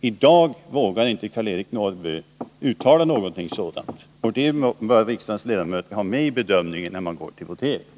I dag vågar inte Karl-Eric Norrby uttala någonting sådant — det bör riksdagens ledamöter ha med vid bedömningen när man går till votering.